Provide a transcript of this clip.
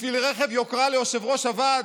בשביל רכב יוקרה ליושב-ראש הוועד?